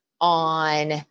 on